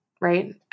right